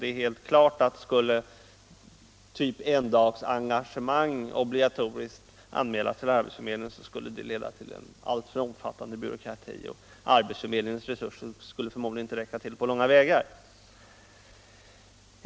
Det är helt klart att skulle t.ex. endagsarrangemang Nr 97 obligatoriskt anmälas till arbetsförmedlingen, skulle det leda till alltför Fredagen den omfattande byråkrati och arbetsförmedlingens resurser skulle förmod 2 april 1976 ligen inte räcka till på långa vägar.